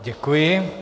Děkuji.